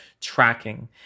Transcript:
tracking